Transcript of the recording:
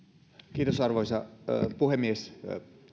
kiitos arvoisa puhemies